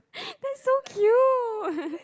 that's so cute